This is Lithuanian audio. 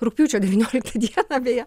rugpjūčio devynioliktą dieną beje